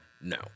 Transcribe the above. no